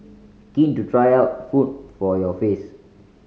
keen to try out food for your face